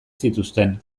zituzten